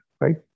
right